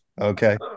Okay